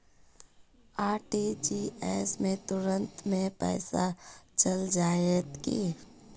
RTGS से तुरंत में पैसा चल जयते की?